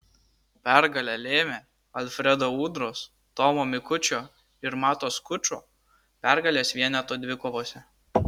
pergalę lėmė alfredo udros tomo mikučio ir mato skučo pergalės vienetų dvikovose